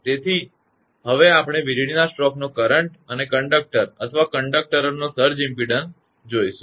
તેથી હવે આપણે વીજળીના સ્ટ્રોકનો કરંટ અને કંડક્ટર અથવા કંડકટરોનો સર્જ ઇમ્પેડન્સવધતો અવરોધ જોઇશુ